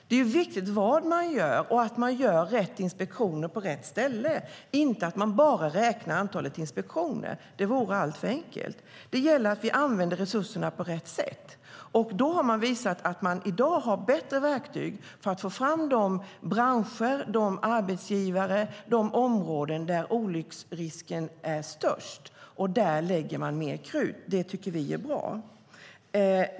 Det är viktigt vad som görs och att det görs rätt inspektioner på rätt ställe, inte att man bara räknar antalet inspektioner. Det vore alltför enkelt. Det gäller att vi använder resurserna på rätt sätt. Man har visat att man i dag har bättre verktyg för att få fram de branscher, de arbetsgivare och de områden där olycksrisken är störst. Där lägger man mer krut, och det tycker vi är bra.